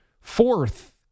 fourth